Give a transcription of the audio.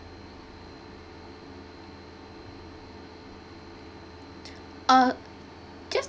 err just